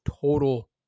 total